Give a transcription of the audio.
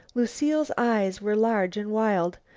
lucile's eyes were large and wild.